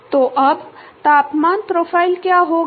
तो अब तापमान प्रोफाइल क्या होगा